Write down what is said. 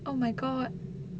oh my god